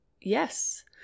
Yes